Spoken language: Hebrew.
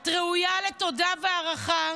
את ראויה לתודה והערכה,